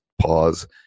pause